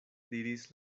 diris